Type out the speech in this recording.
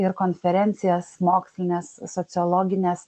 ir konferencijas mokslines sociologines